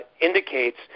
indicates